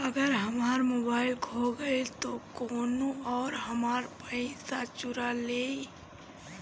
अगर हमार मोबइल खो गईल तो कौनो और हमार पइसा चुरा लेइ?